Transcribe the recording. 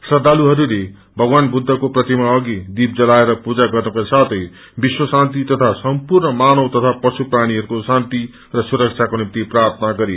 श्र ालुहरूले भगवान बुद्धको प्रतिमा अघि घिउको दीप जलाएर पूजा गर्नुका साथै विश्व शान्ति तथा सम्पूर्ण मानव तथा पुशु प्राणीहरूको शान्ति र सुरक्षाको निम्ति प्रार्थना गरे